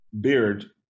Beard